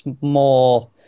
more